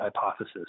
hypothesis